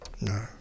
No